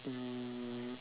um